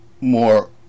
more